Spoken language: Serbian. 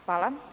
Hvala.